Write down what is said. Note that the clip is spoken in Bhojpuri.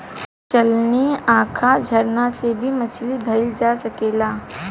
चलनी, आँखा, झरना से भी मछली धइल जा सकेला